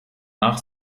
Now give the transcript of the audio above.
nach